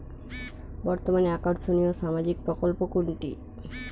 বর্তমানে আকর্ষনিয় সামাজিক প্রকল্প কোনটি?